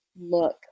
look